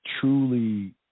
truly